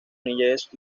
niñez